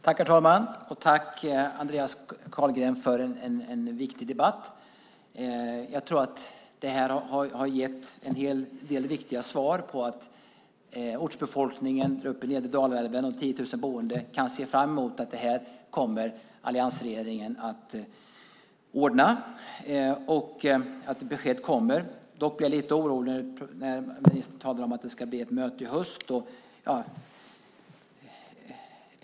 Herr talman! Tack för en viktig debatt, Andreas Carlgren! Jag tror att den har gett en hel del viktiga svar så att ortsbefolkningen runt nedre Dalälven, de 10 000 boende, kan se fram emot att alliansregeringen kommer att ordna detta och att besked kommer. Jag blir dock lite orolig när ministern talar om att det ska bli ett möte i höst.